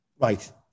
Right